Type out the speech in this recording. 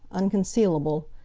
unconcealable,